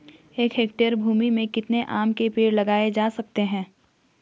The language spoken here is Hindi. एक हेक्टेयर भूमि में कितने आम के पेड़ लगाए जा सकते हैं?